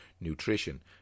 nutrition